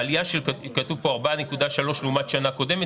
כתוב כאן 4.3 לעומת שנה קודמת.